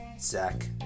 Zach